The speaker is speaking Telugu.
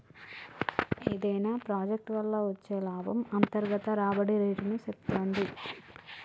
ఏదైనా ప్రాజెక్ట్ వల్ల వచ్చే లాభము అంతర్గత రాబడి రేటుని సేప్తుంది